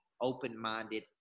open-minded